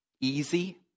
easy